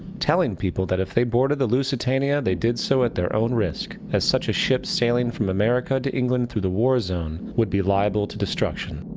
telling people that if they boarded the lusitania, they did so at their own risk, as such a ship sailing from america to england through the war zone, would be liable to destruction.